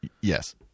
yes